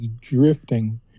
drifting